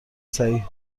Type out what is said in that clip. صحیح